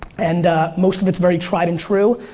and most of it's very tried and true.